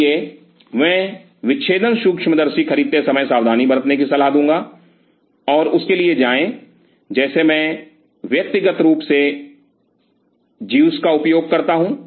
इसलिए मैं विच्छेदन सूक्ष्मदर्शी खरीदते समय सावधानी बरतने की सलाह दूंगा और उसके लिए जाएं जैसे मैं व्यक्तिगत रूप से ज़ीस का उपयोग करता हूं